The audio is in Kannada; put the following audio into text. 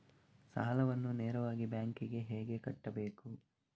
ಸಾಲವನ್ನು ನೇರವಾಗಿ ಬ್ಯಾಂಕ್ ಗೆ ಹೇಗೆ ಕಟ್ಟಬೇಕು?